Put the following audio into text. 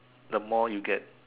the more you get